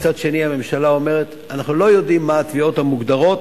מצד שני הממשלה אומרת: אנחנו לא יודעים מה התביעות המוגדרות.